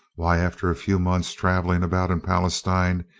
why, after a few months' travelling about in palestine,